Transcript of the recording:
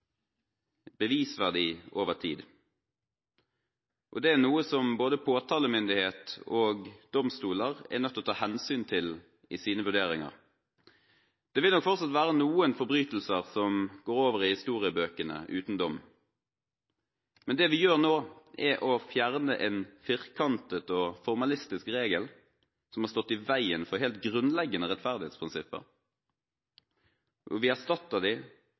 bevisverdi over tid, og det er noe som både påtalemyndighet og domstoler er nødt til å ta hensyn til i sine vurderinger. Det vil nok fortsatt være noen forbrytelser som går over i historiebøkene uten dom, men det vi gjør nå, er å fjerne en firkantet og formalistisk regel som har stått i veien for helt grunnleggende rettferdighetsprinsipper, og vi erstatter